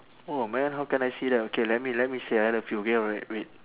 oh man how can I see that okay let me let say I love you okay alright wait